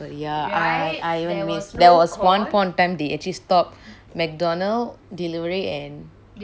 oh my god there was one point of time they actually stopped macdonald delivery and